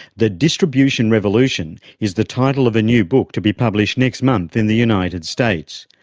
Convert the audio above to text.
the distribution revolution is the title of a new book to be published next month in the united states.